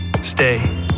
stay